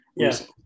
Yes